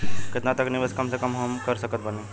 केतना तक के निवेश कम से कम मे हम कर सकत बानी?